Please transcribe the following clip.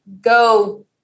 go